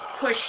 push